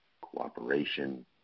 cooperation